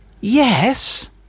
yes